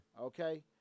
Okay